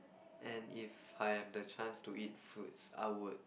and if I have the chance to eat fruits I would